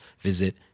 visit